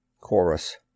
Chorus